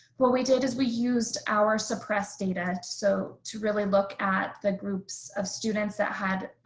what we did is we used our suppressed data. so to really look at the groups of students that had